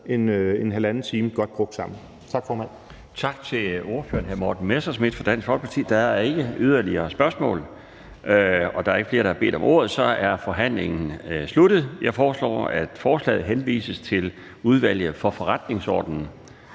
fg. formand (Bjarne Laustsen): Tak til ordføreren, hr. Morten Messerschmidt fra Dansk Folkeparti. Der er ikke yderligere spørgsmål. Der er ikke flere, der har bedt om ordet, så forhandlingen er sluttet. Jeg foreslår, at forslaget henvises til Udvalget for Forretningsordenen.